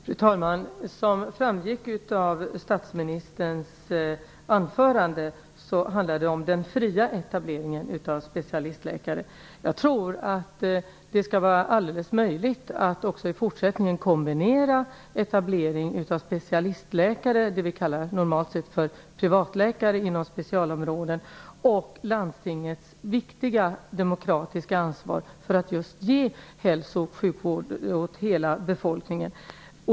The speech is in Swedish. Fru talman! Som framgick av statsministerns anförande handlar det om den fria etableringen av specialistläkare. Jag tror att det också i fortsättningen kommer att vara möjligt att kombinera etableringen av specialistläkare, som vi normalt kallar privatläkare inom specialområden, med landstingets viktiga demokratiska ansvar för att just ge hälso och sjukvård åt hela befolkningen.